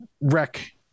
wreck